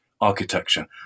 architecture